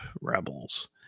Rebels